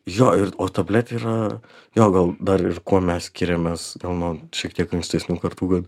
jo ir o tabletė yra jo gal dar ir kuo mes skiriamės gal na šiek tiek ankstesnių kartų kad